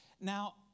Now